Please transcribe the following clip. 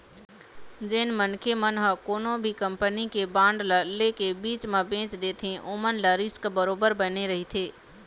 जेन मनखे मन ह कोनो भी कंपनी के बांड ल ले के बीच म बेंच देथे ओमन ल रिस्क बरोबर बने रहिथे